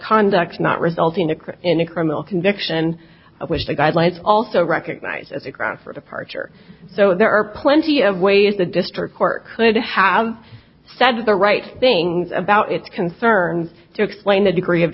crash in a criminal conviction of which the guidelines also recognize as a grounds for departure so there are plenty of ways the district court could have said the right things about its concerns to explain the degree of